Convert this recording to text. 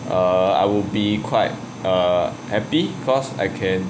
err I would be quite err happy cause I can